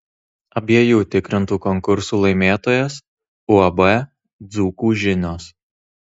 abiejų tikrintų konkursų laimėtojas uab dzūkų žinios